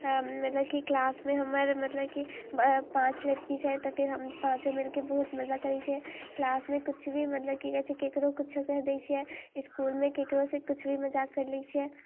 अऽ मतलब कि क्लासमे हमर मतलब कि पाँच लड़की छै तऽ फिर हम पाँचो मिलके बहुत मजा करै छियै क्लासमे कुछ भी मतलब कि कहै छै ककरो कुछो कहि दै छियै इसकुलमे ककरोसँ कुछ भी मजाक कर लै छियै